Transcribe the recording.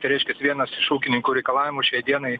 čia reiškias vienas iš ūkininkų reikalavimų šiai dienai